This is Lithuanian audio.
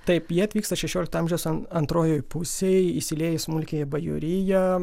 taip jie atvyksta šešiolikto amžiaus antrojoj pusėj įsiliejo į smulkiąją bajoriją